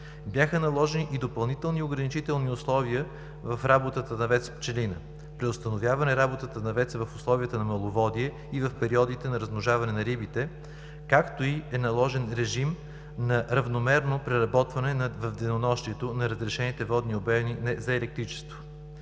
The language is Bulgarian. Бяха наложени и допълнителни ограничителни условия в работата на ВЕЦ „Пчелина“: преустановяване на работата на ВЕЦ-а в условията на маловодие и в периодите на размножаване на рибите, както и е наложен режим на равномерно преработване в денонощието на разрешените водни обеми за електричество.